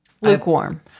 lukewarm